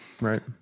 Right